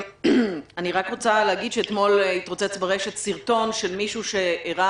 אני רק רוצה להגיד שאתמול התרוצץ ברשת סרטון של מישהו שהראה